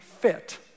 fit